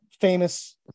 famous